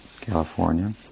California